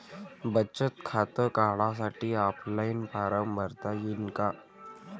बचत खातं काढासाठी ऑफलाईन फारम भरता येईन का?